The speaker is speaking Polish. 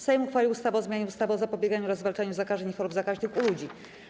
Sejm uchwalił ustawę o zmianie ustawy o zapobieganiu oraz zwalczaniu zakażeń i chorób zakaźnych u ludzi.